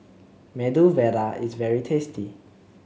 Medu Vada is very tasty